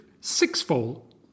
sixfold